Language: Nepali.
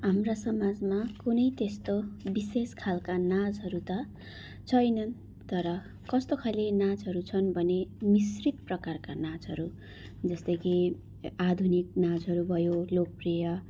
हाम्रा समाजमा कुनै त्यस्तो विशेष खालका नाचहरू त छैनन् तर कस्तोखाले नाचहरू छन् भने मिश्रित प्रकारका नाचहरू जस्तै कि आधुनिक नाचहरू भयो लोकप्रिय